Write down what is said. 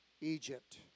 Egypt